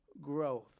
growth